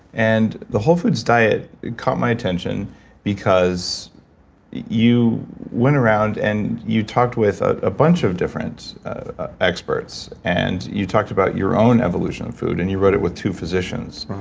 and the whole foods diet caught my attention because you went around and you talked with a bunch of different experts. and you talked about your own evolution with and food and you wrote it with two physicians.